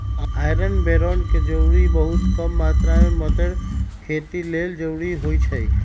iron बैरौन के जरूरी बहुत कम मात्र में मतर खेती लेल जरूरी होइ छइ